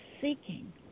seeking